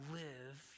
live